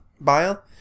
Bile